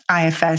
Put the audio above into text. IFS